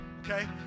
okay